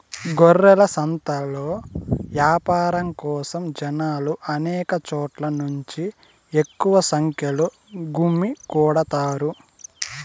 గొర్రెల సంతలో యాపారం కోసం జనాలు అనేక చోట్ల నుంచి ఎక్కువ సంఖ్యలో గుమ్మికూడతారు